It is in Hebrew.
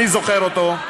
אני זוכר אותו,